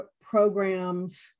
programs